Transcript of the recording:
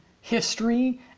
history